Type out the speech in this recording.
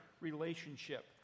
relationship